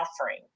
offering